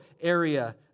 area